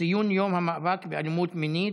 ציון יום המאבק באלימות מינית,